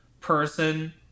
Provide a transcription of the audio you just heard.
person